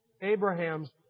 Abraham's